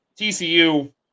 TCU